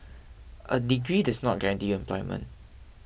a degree does not guarantee you employment